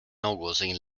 någonsin